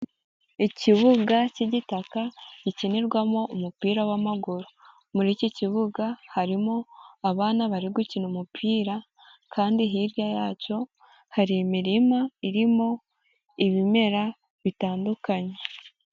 Ikibuga k'igitaka gikinirwamo umupira w'amaguru, muri iki kibuga harimo abana bari gukina umupira kandi hirya yacyo hari imirima irimo ibimera bitandukanye.